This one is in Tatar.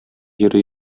җир